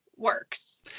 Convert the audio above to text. works